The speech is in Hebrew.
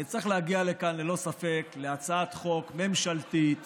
צריך להגיע כאן ללא ספק להצעת חוק ממשלתית